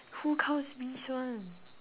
who counts bees ones